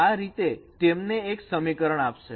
આ રીતે તેમણે એક સમીકરણ આપશે